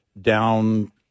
down